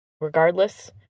Regardless